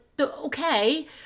okay